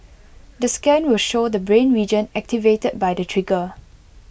the scan will show the brain region activated by the trigger